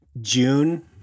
June